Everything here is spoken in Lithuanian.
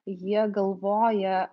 jie galvoja